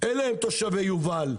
אלה הם תושבי יובל.